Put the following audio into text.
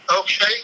Okay